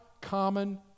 common